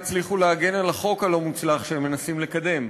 יצליחו להגן על החוק הלא-מוצלח שהם מנסים לקדם.